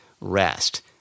rest